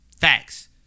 Facts